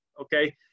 Okay